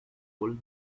old